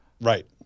Right